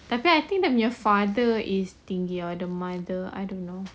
tapi I think dia punya father is tinggi or the mother I don't know